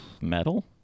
metal